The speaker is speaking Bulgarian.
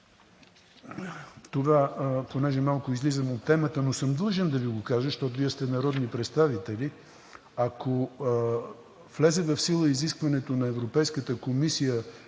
ако, понеже малко излизаме от темата, но съм длъжен да Ви го кажа, защото Вие сте народни представители, ако влезе в сила изискването на Европейската комисия,